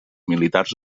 militars